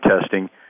testing